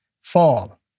fall